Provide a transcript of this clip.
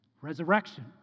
resurrection